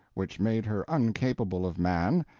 which made her uncapable of man,